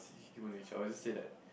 human nature I'll just say that